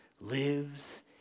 lives